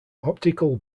optical